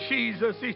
Jesus